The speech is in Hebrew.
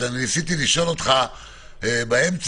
ניסיתי לשאול אותך באמצע,